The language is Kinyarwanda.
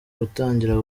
gutangira